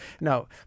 no